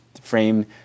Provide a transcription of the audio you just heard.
frame